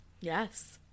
Yes